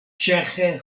ĉeĥe